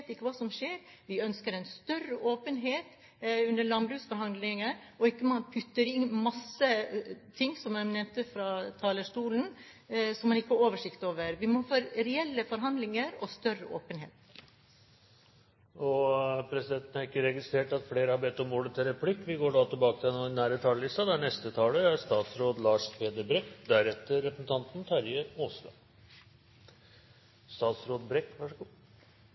ikke hva som skjer. Vi ønsker en større åpenhet under landbruksforhandlingene – at man ikke putter inn mange ting, som jeg nevnte fra talerstolen, som man ikke har oversikt over. Vi må få reelle forhandlinger og større åpenhet.